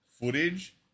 footage